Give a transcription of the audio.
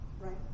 right